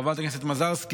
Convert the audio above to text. חברת הכנסת מזרסקי,